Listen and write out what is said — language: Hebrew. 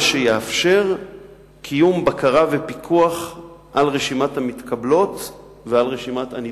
מה שיאפשר קיום בקרה ופיקוח על רשימת המתקבלות ועל רשימת הנדחות.